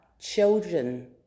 children